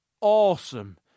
awesome